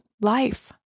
life